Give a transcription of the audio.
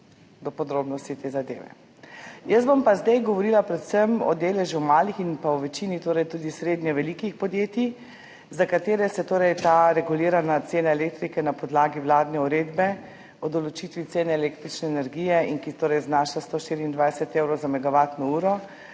do podrobnosti. Jaz bom pa zdaj govorila predvsem o deležu malih in tudi o večini srednje velikih podjetij, za katere se torej ta regulirana cena elektrike na podlagi vladne uredbe o določitvi cen električne energije, ki znaša 124 evrov za megavatno uro